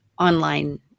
online